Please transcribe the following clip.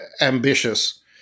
ambitious